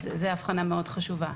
אז זאת אבחנה מאוד חשובה.